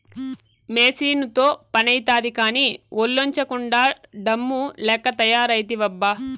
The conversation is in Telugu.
మెసీనుతో పనైతాది కానీ, ఒల్లోంచకుండా డమ్ము లెక్క తయారైతివబ్బా